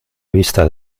vista